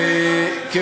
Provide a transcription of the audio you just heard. אתם הקמתם את הצוות,